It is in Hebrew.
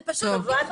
זה פשוט בדיחה.